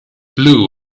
blue